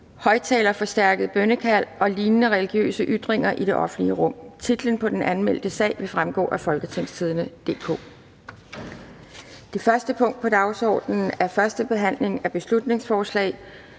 højtalerforstærket bønnekald og lignende religiøse ytringer i det offentlige rum). Titlen på den anmeldte sag vil fremgå af www.folketingstidende.dk (jf. ovenfor). --- Det første punkt på dagsordenen er: 1) 1. behandling af beslutningsforslag